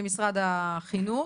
בוא נפנה למשרד החינוך.